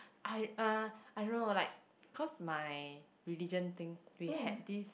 I uh I don't know like cause my religion thing we had this